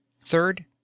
third